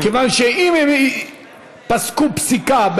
כיוון שאם הם פסקו פסיקה,